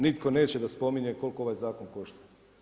Nitko neće da spominje koliko ovaj zakon košta.